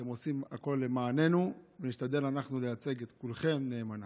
אתם עושים הכול למעננו ונשתדל אנחנו לייצג את כולכם נאמנה.